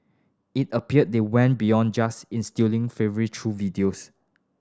it appear they went beyond just instilling fervour through videos